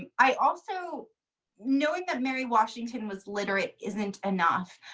and i also knowing that mary washington was literate isn't enough.